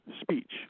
speech